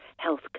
health